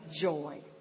joy